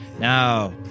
Now